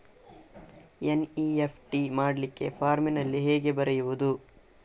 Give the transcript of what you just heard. NEFT ಮಾಡ್ಲಿಕ್ಕೆ ಫಾರ್ಮಿನಲ್ಲಿ ಹೇಗೆ ಬರೆಯುವುದು?